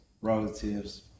relatives